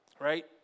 right